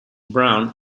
brown